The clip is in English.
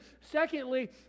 Secondly